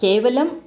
केवलम्